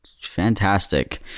fantastic